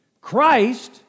Christ